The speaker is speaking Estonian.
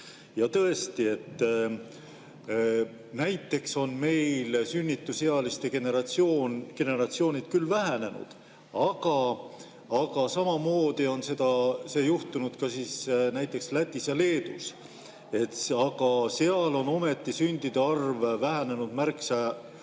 Ja tõesti, näiteks on meil sünnitusealiste generatsioon küll vähenenud, aga samamoodi on see juhtunud ka Lätis ja Leedus. Aga seal on ometi sündide arv vähenenud märksa